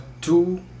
two